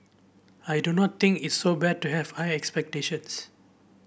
I do not think it's so bad to have high expectations